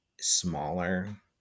smaller